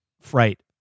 fright